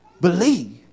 believe